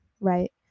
right